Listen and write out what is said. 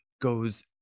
goes